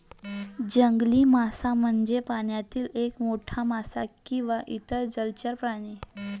जंगली मासा म्हणजे पाण्यातील एक मोठा मासा किंवा इतर जलचर प्राणी